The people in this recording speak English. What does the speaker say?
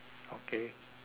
okay